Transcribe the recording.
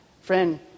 Friend